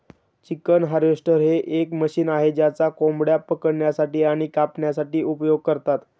chicken harvester हे एक machine आहे ज्याचा कोंबड्या पकडण्यासाठी आणि कापण्यासाठी उपयोग करतात